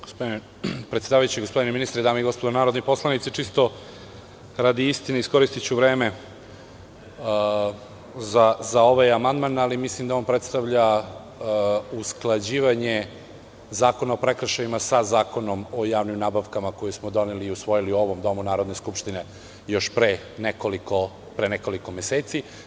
Gospodine predsedavajući, gospodine ministre, dame i gospodo narodni poslanici, čisto radi istine, iskoristiću vreme za ovaj amandman, ali mislim da on predstavlja usklađivanje Zakona o prekršajima sa Zakonom o javnim nabavkama koji smo doneli i usvojili u ovom Domu Narodne skupštine još pre nekoliko meseci.